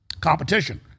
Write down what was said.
competition